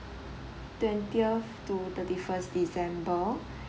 twentieth to thirty first december